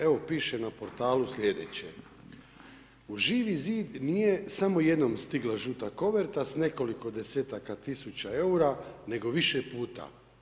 Evo, piše na portalu slijedeće: U Živi zid nije samo jednom stigla žuta koverta s nekoliko desetaka tisuća eura, nego više puta.